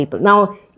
Now